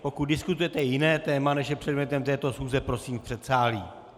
Pokud diskutujete jiné téma, než je předmětem této schůze, prosím v předsálí.